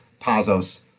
Pazos